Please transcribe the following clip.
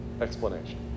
explanation